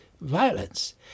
violence